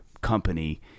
company